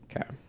okay